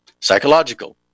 psychological